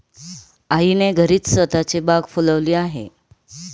आईने घरीच स्वतःची बाग फुलवली आहे